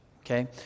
Okay